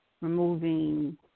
removing